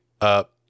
up